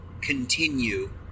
continue